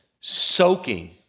soaking